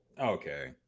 Okay